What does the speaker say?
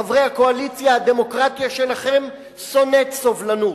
חברי הקואליציה, הדמוקרטיה שלכם שונאת סובלנות.